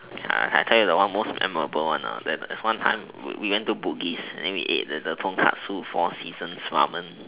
I'll tell you the most memorable one lah that there's one time we went to bugis and we eat the tonkotsu four seasons ramen